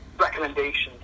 recommendations